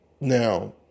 Now